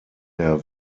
der